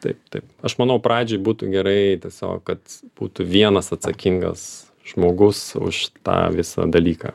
taip taip aš manau pradžiai būtų gerai tiesiog kad būtų vienas atsakingas žmogus už tą visą dalyką